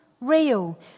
real